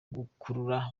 gukurura